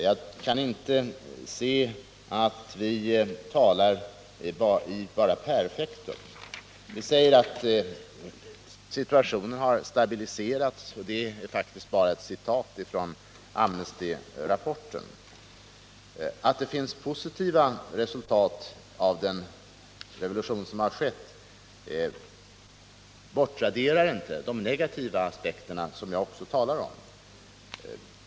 Jag kan inte se att vi bara talar i perfektum. Vi säger att situationen har stabiliserats. Det är faktiskt bara ett citat från Amnestyrapporten. Att det finns positiva resultat av revolutionen bortraderar inte de negativa aspekterna, som jag också talar om.